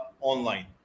online